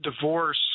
divorce